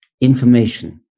information